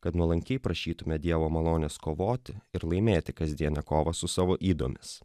kad nuolankiai prašytumėme dievo malonės kovoti ir laimėti kasdienę kovą su savo ydomis